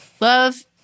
Love